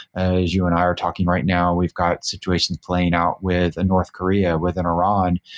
as you and i are talking right now, we've got situations playing out with a north korea with an iran.